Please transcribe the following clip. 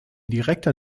direkter